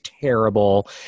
terrible